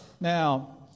Now